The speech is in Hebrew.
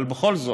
אבל בכל זאת,